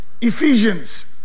Ephesians